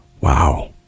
Wow